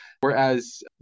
whereas